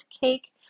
cake